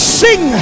sing